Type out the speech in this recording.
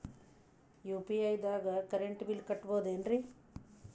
UPI ದಾಗ current bill ಕಟ್ಟಬಹುದೇನ್ರಿ?